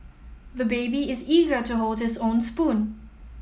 the baby is eager to hold his own spoon